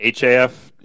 HAF